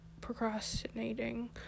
procrastinating